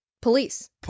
police